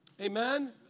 Amen